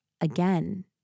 again